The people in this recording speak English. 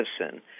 medicine